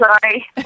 sorry